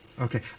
Okay